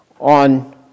on